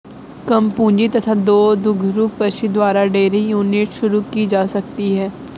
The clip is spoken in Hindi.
कम पूंजी तथा दो दुधारू पशु द्वारा डेयरी यूनिट शुरू की जा सकती है